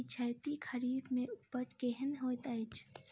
पिछैती खरीफ मे उपज केहन होइत अछि?